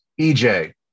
EJ